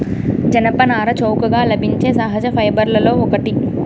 జనపనార చౌకగా లభించే సహజ ఫైబర్లలో ఒకటి